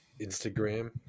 Instagram